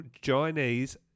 Chinese